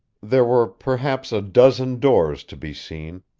there were perhaps a dozen doors to be seen,